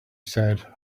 said